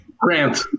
Grant